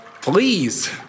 please